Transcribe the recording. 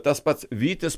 tas pats vytis